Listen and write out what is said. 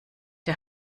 der